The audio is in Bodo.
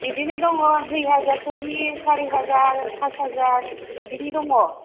बिदिनो दङ दुइ हाजारफोरनि सारि हाजार फास हाजार बिदिनि दङ